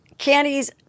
Candies